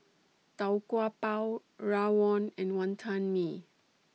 Tau Kwa Pau Rawon and Wonton Mee